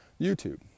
youtube